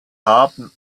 haben